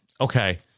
okay